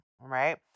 right